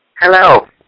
Hello